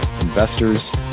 investors